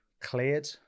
cleared